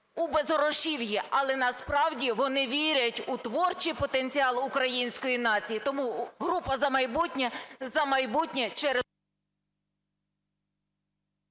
у безгрошів'ї, але, насправді, вони вірять у творчий потенціал української нації. Тому група "За майбутнє" через…